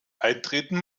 eintreten